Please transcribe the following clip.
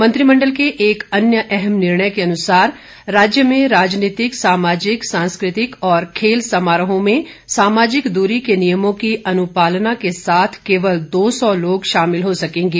मंत्रिमण्डल के एक अन्य अहम निर्णय के अनुसार राज्य में राजनीतिक सामाजिक सांस्कृतिक और खेल समारोहों में सामाजिक दूरी के नियमों की अनुपालन के साथ केवल दो सौ लोग शामिल हो सकेंगे